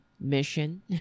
mission